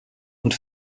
und